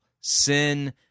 sin